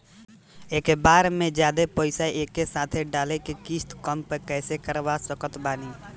एके बार मे जादे पईसा एके साथे डाल के किश्त कम कैसे करवा सकत बानी?